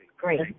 Great